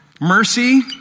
mercy